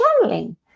channeling